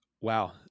Wow